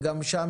וגם שם,